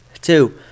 two